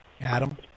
Adam